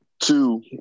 Two